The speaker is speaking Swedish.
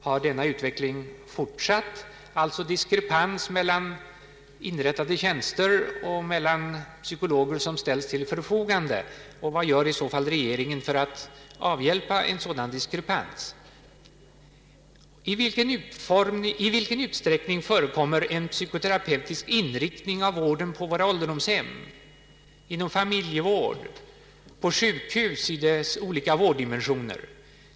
Har denna utveckling fortsatt, d.v.s. diskrepansen mellan antalet inrättade tjänster och antalet psykologer som ställts till förfogande fortsatt att vara kännbar, och vad gör i så fall regeringen för att avhjälpa en sådan diskrepans? En annan fråga: I vilken utsträckning förekommer en psykoterapeutisk inriktning av vården på våra ålderdomshem, inom familjevård och på sjukhusen i dess olika vårddimensioner?